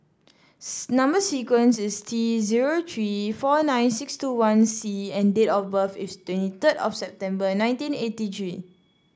number sequence is T zero three four nine six two one C and date of birth is twenty third of September nineteen eighty three